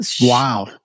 Wow